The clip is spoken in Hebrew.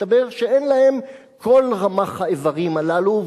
הסתבר שאין להם כל רמ"ח האיברים הללו,